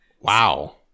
Wow